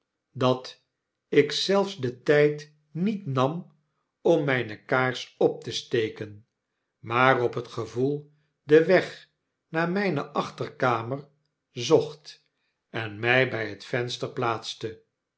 dat ik zelfs den tijd niet nam om mijne kaars op te steken maar op het gevoel den weg naar mijne achterkamer zocht en mij bij het venster plaatste